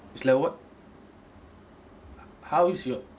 it's like what h~ how is your